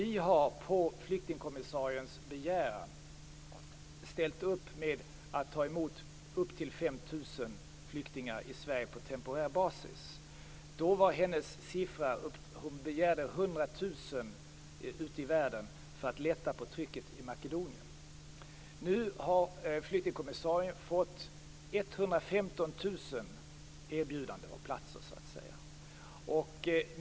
Vi har på flyktingkommissariens begäran ställt upp med att ta emot upp till 5 000 flyktingar i Sverige på temporär basis. Flyktingkommissarien begärde 100 000 platser ute i världen för att lätta på trycket i Makedonien. Nu har hon fått 115 000 erbjudanden om platser.